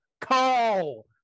call